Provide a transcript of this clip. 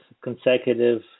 consecutive